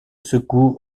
secours